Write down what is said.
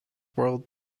world